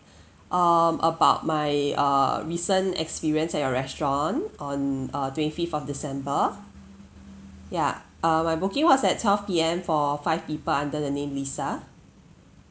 um about my err recent experience at your restaurant on uh twenty fifth of december ya uh my booking was at twelve P_M for five people under the name lisa